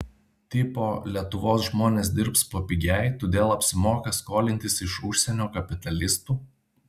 tipo lietuvos žmonės dirbs papigiai todėl apsimoka skolintis iš užsienio kapitalistų